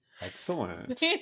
Excellent